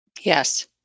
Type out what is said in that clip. Yes